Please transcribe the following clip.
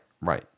right